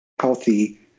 healthy